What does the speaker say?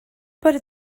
bore